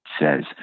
says